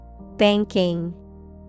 Banking